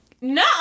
No